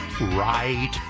right